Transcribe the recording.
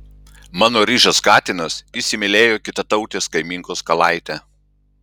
mano ryžas katinas įsimylėjo kitatautės kaimynkos kalaitę